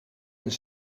een